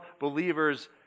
believers